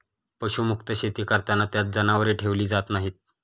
पशुमुक्त शेती करताना त्यात जनावरे ठेवली जात नाहीत